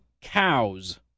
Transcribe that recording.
cows